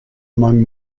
among